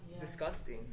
disgusting